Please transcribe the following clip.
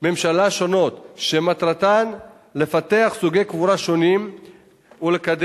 ממשלה שונות שמטרתן לפתח סוגי קבורה שונים ולקדם